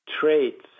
traits